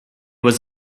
was